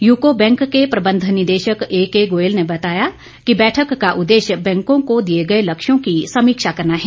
यूकों bank के प्रबंध निदेशक एके गोयल ने बताया कि बैठक का उदेश्य बैंकों को दिए गए लक्ष्यों की समीक्षा करना है